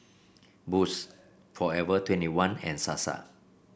Boost Forever Twenty one and Sasa